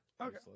Okay